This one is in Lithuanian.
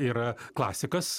yra klasikas